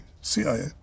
CIA